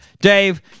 Dave